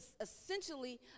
essentially